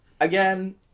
again